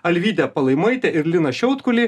alvydę palaimaitę ir liną šiautkulį